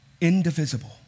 Indivisible